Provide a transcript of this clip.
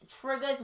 triggers